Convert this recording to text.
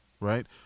right